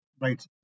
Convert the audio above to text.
Right